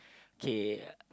okay